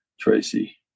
Tracy